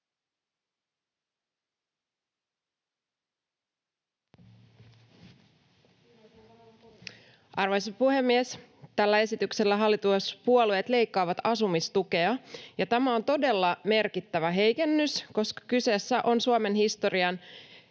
Arvoisa puhemies! Tällä esityksellä hallituspuolueet leikkaavat asumistukea, ja tämä on todella merkittävä heikennys, koska kyseessä on yksi Suomen historian